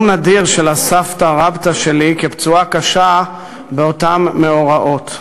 נדיר של סבתא רבתא שלי כפצועה קשה באותם מאורעות.